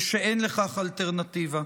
ושאין לכך אלטרנטיבה.